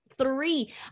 Three